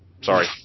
Sorry